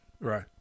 Right